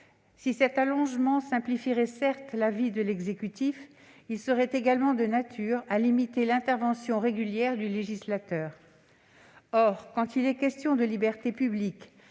Cette mesure simplifierait certes la vie de l'exécutif, mais elle serait également de nature à limiter l'intervention régulière du législateur. Or, quand il est question de libertés publiques,